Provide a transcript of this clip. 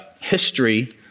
history